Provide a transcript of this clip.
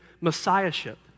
messiahship